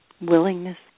willingness